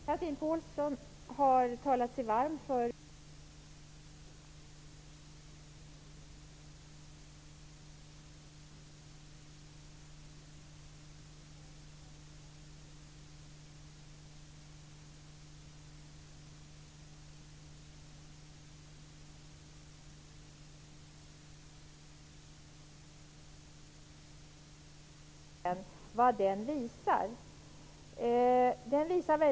Fru talman! Chatrine Pålsson talade med ett stort engagemang sig varm för ett vårdnadsbidrag. Hon sade att vi som inte tror på vårdnadsbidragets alla fördelar är oförskämda. Chatrine Pålsson bör läsa den rapport som den arbetsgrupp som Bengt Westerberg har tillsatt nyligen har lämnat.